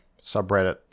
subreddit